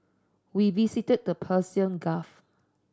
we visited the Persian Gulf